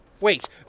Wait